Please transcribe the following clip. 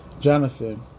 Jonathan